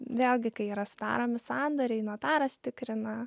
vėlgi kai yra sudaromi sandoriai notaras tikrina